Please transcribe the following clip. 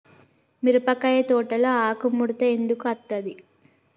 మిరపకాయ తోటలో ఆకు ముడత ఎందుకు అత్తది?